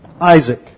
Isaac